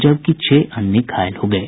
जबकि छह अन्य घायल हो गये